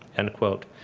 end quote.